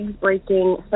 breaking